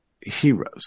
heroes